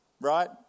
right